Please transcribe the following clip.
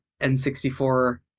N64